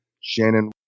Shannon